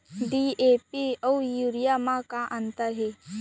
DAP अऊ urea म का अंतर हे?